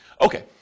Okay